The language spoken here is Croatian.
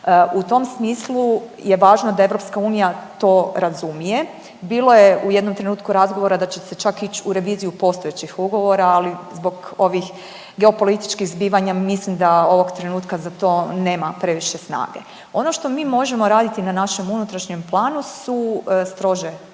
U tom smislu je važno da EU to razumije, bilo je u jednom trenutku razgovora da će se čak ić u reviziju postojećih ugovora, ali zbog ovih geopolitičkih zbivanja mislim da ovog trenutka za to nema previše snage. Ono što mi možemo raditi na našem unutrašnjem planu su strože kontrole,